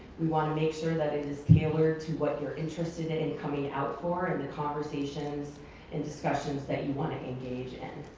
want to make sure that is tailored to what you're interested in and coming out for and the conversations and discussions that you wanna engage in.